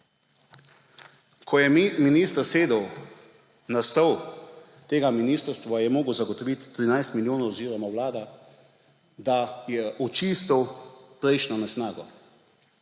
Ko je minister sedel na stol tega ministrstva, je moral zagotoviti 13 milijonov, oziroma vlada, da je očistil prejšnjo nesnago,